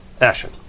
Ashen